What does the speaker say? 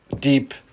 deep